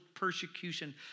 persecution